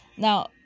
Now